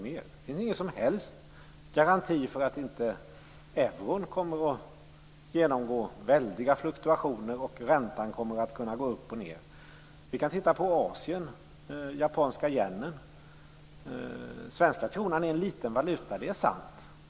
Det finns ingen som helst garanti för att inte euron kommer att genomgå väldiga fluktuationer. Räntan kommer att kunna gå upp och ned. Vi kan titta på vad som sker i Asien med den japanska yenen. Den svenska kronan är en liten valuta, det är sant.